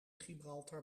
gibraltar